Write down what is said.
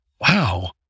wow